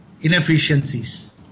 inefficiencies